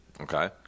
Okay